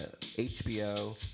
HBO